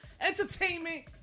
entertainment